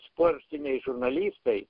sportiniai žurnalistai